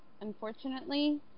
Unfortunately